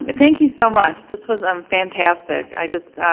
and thank you so much this was um fantastic. i just,